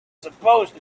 supposed